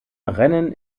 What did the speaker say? rennen